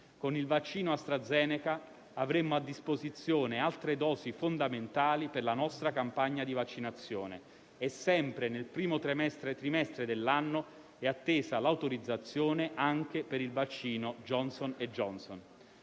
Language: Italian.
Con il vaccino AstraZeneca avremo a disposizione altre dosi fondamentali per la nostra campagna di vaccinazione. Sempre nel primo trimestre dell'anno è attesa l'autorizzazione anche per il vaccino Johnson & Johnson.